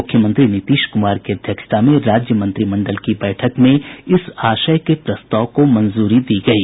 मुख्यमंत्री नीतीश कुमार की अध्यक्षता में राज्य मंत्रिमंडल की बैठक में इस आशय के प्रस्ताव को मंजूरी दी गयी